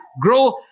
grow